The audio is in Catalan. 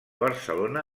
barcelona